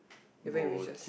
even if we just